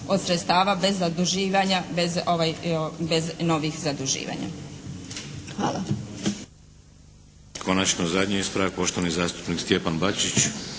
bez, bez novih zaduživanja. Hvala.